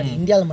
India